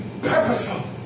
purposeful